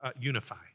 Unify